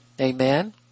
Amen